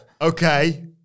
Okay